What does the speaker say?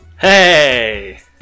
Hey